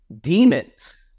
demons